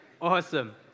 Awesome